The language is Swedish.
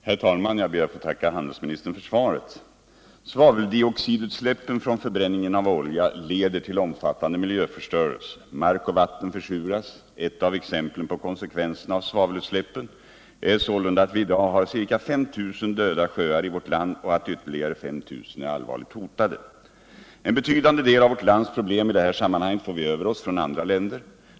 Herr talman! Jag ber att få tacka handelsministern för svaret. Svaveldioxidutsläppen från förbränning av olja leder till omfattande miljöförstörelse. Mark och vatten försuras. Ett av exemplen på konsekvenserna av svavelutsläppen är sålunda att vi i dag har ca 5 000 döda sjöar i vårt land och att ytterligare 5 000 är allvarligt hotade. En betydande del av vårt lands problem i det här sammanhanget får vi över oss från andra länder.